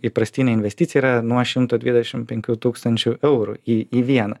įprastinė investicija yra nuo šimto dvidešimt penkių tūkstančių eurų į į vieną